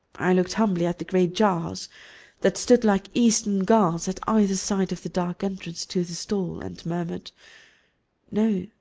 i looked humbly at the great jars that stood like eastern guards at either side of the dark entrance to the stall and murmured no,